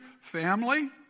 Family